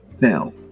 Now